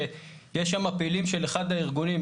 שיש שם פעילים של אחד הארגונים,